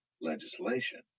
legislation